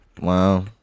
Wow